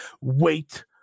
wait